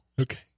okay